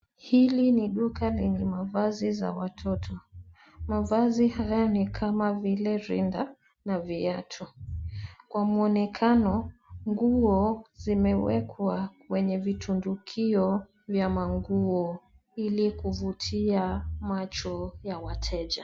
Hili ni duka lenye mavazi za watoto. Mavazi haya ni kama vile rinda na viatu kwa muonekano nguo zimewekwa kwenye vitundikio vya manguo ili kuvutia macho ya wateja.